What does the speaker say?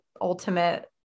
ultimate